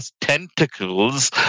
tentacles